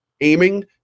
aiming